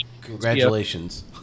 congratulations